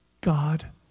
God